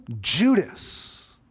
Judas